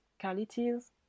qualities